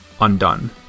Undone